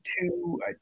Two